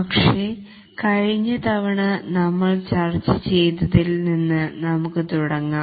പക്ഷേ കഴിഞ്ഞ തവണ നമ്മൾ ചർച്ച ചെയ്തതിൽ നിന്ന് നമുക്കു തുടങ്ങാം